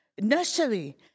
nursery